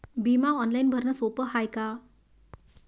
बिमा ऑनलाईन भरनं सोप हाय का?